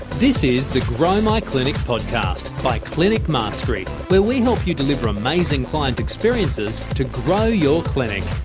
this is the grow my clinic podcast by clinic mastery where we help you deliver amazing client experiences to grow your clinic.